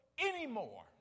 Anymore